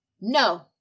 No